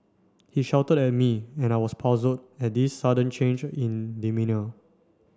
he shouted at me and I was puzzled at this sudden change in demeanour